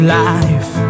life